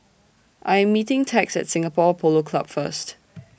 I Am meeting Tex At Singapore Polo Club First